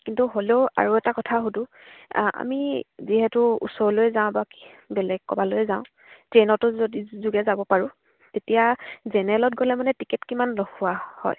কিন্তু হ'লেও আৰু এটা কথা সোধোঁ আমি যিহেতু ওচৰলৈ যাওঁ বা বেলেগ ক'ৰবালৈ যাওঁ ট্ৰেইনতো যদি যোগে যাব পাৰোঁ তেতিয়া জেনেৰেলত গ'লে মানে টিকেট কিমান দখোওৱা হয়